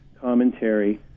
commentary